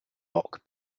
bock